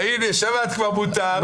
הינה, שמעת כבר, מותר.